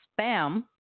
Spam